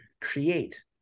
create